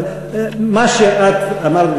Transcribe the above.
אבל מה שאת אמרת,